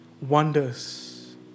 wonders